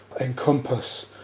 encompass